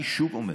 אני אומר שוב,